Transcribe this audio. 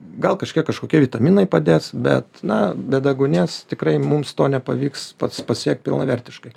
gal kažkiek kažkokie vitaminai padės bet na be deguonies tikrai mums to nepavyks pats pasiekt pilnavertiškai